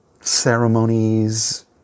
ceremonies